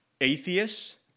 atheists